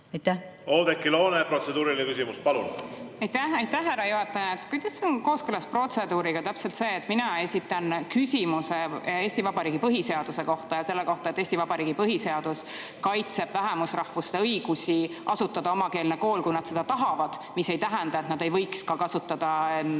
Oudekki Loone, protseduuriline küsimus, palun! Aitäh, härra juhataja! Kuidas on kooskõlas protseduuriga see, et mina esitan küsimuse Eesti Vabariigi põhiseaduse kohta ja selle kohta, et Eesti Vabariigi põhiseadus kaitseb vähemusrahvuste õigust asutada omakeelne kool, kui nad seda tahavad, mis ei tähenda, et nad ei võiks kasutada